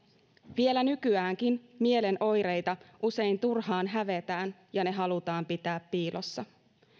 vielä nykyäänkin mielen oireita usein turhaan hävetään ja ne halutaan pitää piilossa